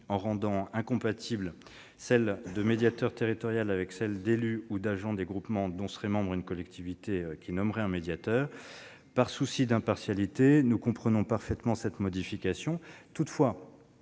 en rendant incompatible celle de médiateur territorial avec celle d'élu ou d'agent des groupements dont serait membre une collectivité territoriale qui nommerait un médiateur. Par souci d'impartialité, nous comprenons parfaitement cette modification. Toutefois,